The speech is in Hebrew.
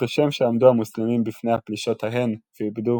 וכשם שעמדו המוסלמים בפני הפלישות ההן ועיבדו